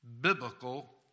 biblical